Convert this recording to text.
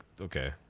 okay